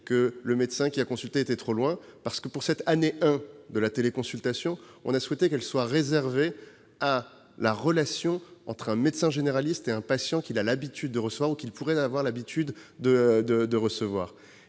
que le médecin consulté était trop éloigné. En effet, pour cet an 1 de la téléconsultation, nous avons souhaité qu'elle soit réservée à la relation entre un médecin généraliste et un patient qu'il a l'habitude de recevoir ou qu'il pourrait avoir l'habitude de recevoir.